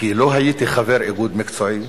כי לא הייתי חבר איגוד מקצועי.